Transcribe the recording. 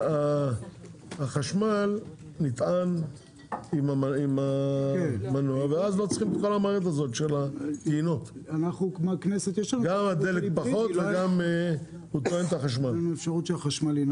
החשמל נטען עם המנוע ואז לא צריך גם הדלק פחות והוא גם טוען את החשמל.